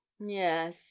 yes